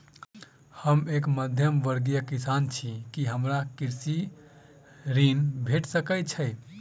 हम एक मध्यमवर्गीय किसान छी, की हमरा कृषि ऋण भेट सकय छई?